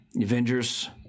Avengers